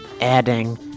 adding